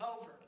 over